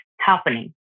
happening